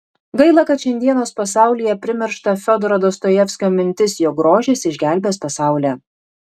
gaila kad šiandienos pasaulyje primiršta fiodoro dostojevskio mintis jog grožis išgelbės pasaulį